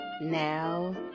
now